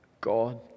God